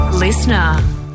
Listener